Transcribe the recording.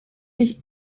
nicht